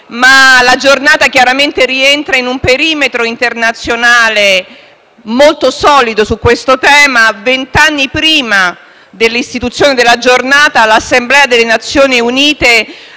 La Giornata, chiaramente, rientra in un perimetro internazionale molto solido su questo tema. Vent'anni prima della sua istituzione, l'Assemblea delle Nazioni Unite